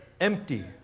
empty